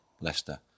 Leicester